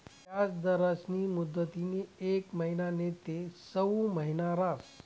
याजदरस्नी मुदतनी येक महिना नैते सऊ महिना रहास